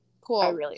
Cool